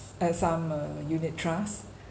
and some uh unit trust